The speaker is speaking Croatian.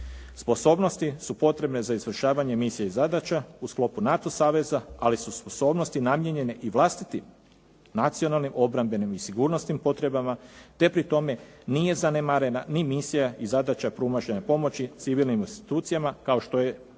Sposobnosti su potrebne za izvršavanje misija i zadaća u sklopu NATO saveza, ali su sposobnosti namijenjeni i vlastitim nacionalnim obrambenim i sigurnosnim potrebama te pri tome nije zanemarena ni misija i zadaća pružanja pomoći civilnim institucijama kao što je jačanje